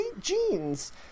jeans